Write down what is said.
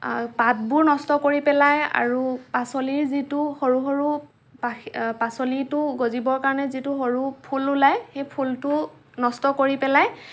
পাতবোৰ নষ্ট কৰি পেলাই আৰু পাচলিৰ যিটো সৰু সৰু পাখি পাচলিটো গজিবৰ কাৰণে যিটো সৰু ফুল ওলাই সেই ফুলটো নষ্ট কৰি পেলাই